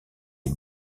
est